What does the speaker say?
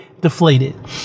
deflated